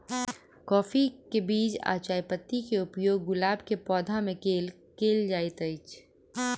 काफी केँ बीज आ चायपत्ती केँ उपयोग गुलाब केँ पौधा मे केल केल जाइत अछि?